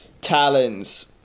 talons